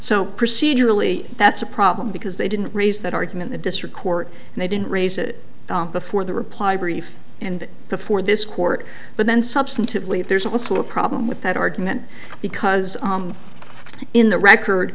so procedurally that's a problem because they didn't raise that argument the district court and they didn't raise it before the reply brief and before this court but then substantively there's also a problem with that argument because in the record